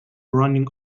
running